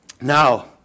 Now